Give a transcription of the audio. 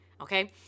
Okay